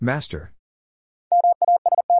Master